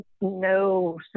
no